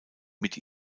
mit